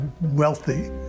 wealthy